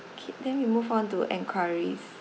K then we move on to enquiries